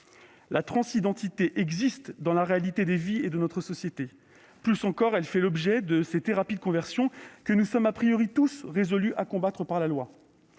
La transidentité existe dans la réalité des vies et de notre société. Plus encore, elle fait l'objet de ces thérapies de conversion que nous sommes tous résolus à combattre par la loi.